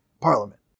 Parliament